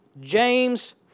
James